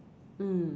mm